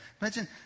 imagine